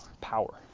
power